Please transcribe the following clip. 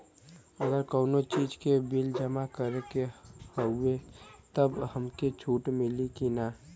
अगर कउनो चीज़ के बिल जमा करत हई तब हमके छूट मिली कि ना?